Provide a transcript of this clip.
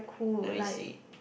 let me see